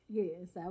Yes